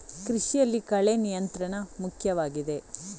ಕೃಷಿಯಲ್ಲಿ ಕಳೆ ನಿಯಂತ್ರಣ ಮುಖ್ಯವಾಗಿದೆ